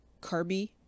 carby